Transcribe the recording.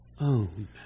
own